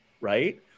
right